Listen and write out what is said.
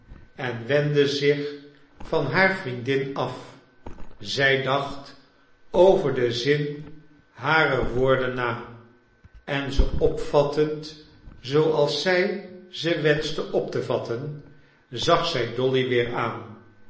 en wendde zich van haar vriendin af zij dacht over den zin harer woorden na en ze opvattend zooals zij ze wenschte op te vatten zag zij dolly weer aan